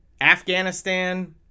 afghanistan